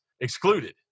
excluded